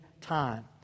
time